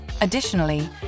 Additionally